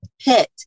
pit